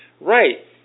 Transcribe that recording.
Right